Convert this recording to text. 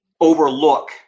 overlook